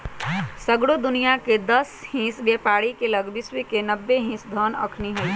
सगरो दुनियाँके दस हिस बेपारी के लग विश्व के नब्बे हिस धन अखनि हई